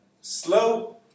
slow